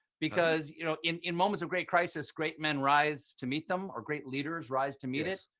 because, you know, in in moments of great crisis, great men rise to meet them or great leaders rise to meet it,